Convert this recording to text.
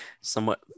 somewhat